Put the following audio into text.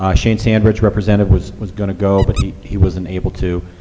um shane sandridge, representative, was was going to go, but he he wasn't able to.